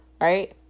Right